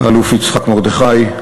האלוף יצחק מרדכי,